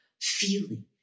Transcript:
feeling